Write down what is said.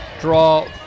draw